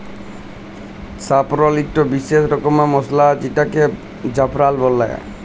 saffron ইকট বিসেস রকমের মসলা যেটাকে জাফরাল বল্যে